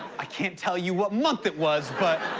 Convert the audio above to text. i can't tell you what month it was but.